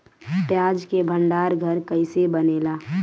प्याज के भंडार घर कईसे बनेला?